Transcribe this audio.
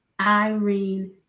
Irene